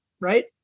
right